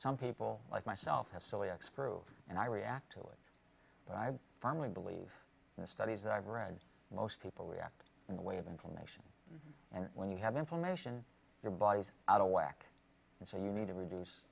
some people like myself have so ex pro and i react to it but i firmly believe in the studies that i've read most people react in the way of information and when you have information your body's out of whack and so you need to reduce